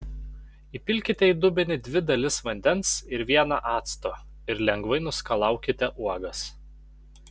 įpilkite į dubenį dvi dalis vandens ir vieną acto ir lengvai nuskalaukite uogas